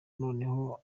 noneho